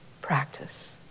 practice